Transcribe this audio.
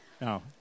No